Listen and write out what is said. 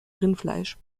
rindfleisch